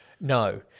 No